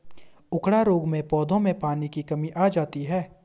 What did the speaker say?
उकडा रोग में पौधों में पानी की कमी आ जाती है